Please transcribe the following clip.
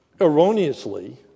erroneously